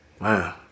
Man